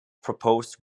proposed